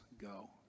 go